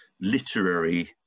literary